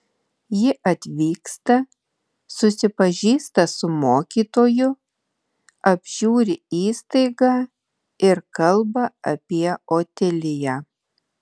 ji atvyksta susipažįsta su mokytoju apžiūri įstaigą ir kalba apie otiliją